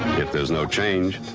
if there's no change,